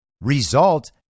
result